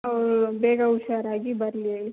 ಅವಳು ಬೇಗ ಹುಷಾರಾಗಿ ಬರಲಿ